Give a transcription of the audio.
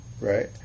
right